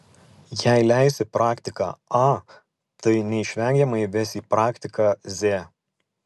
jei leisi praktiką a tai neišvengiamai ves į praktiką z